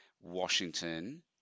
Washington